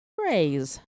Praise